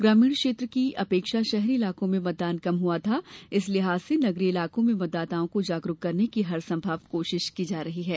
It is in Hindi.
ग्रामीण क्षेत्र की अपेक्षा शहरी इलाकों में मतदान कम हुआ था इस लिहाजा से नगरीय इलाकों में मतदाताओं को जागरुक करने की हर संभव कोशिश की जा रही है